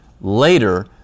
later